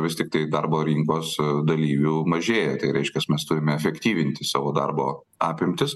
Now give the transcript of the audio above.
vis tiktai darbo rinkos dalyvių mažėja tai reiškias mes turime efektyvinti savo darbo apimtis